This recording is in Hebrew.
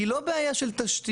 היא לא בעיה של תשתיות,